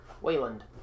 Wayland